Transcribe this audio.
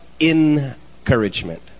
encouragement